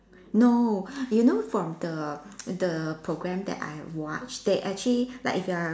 no you know from the the program that I watch they actually like if you are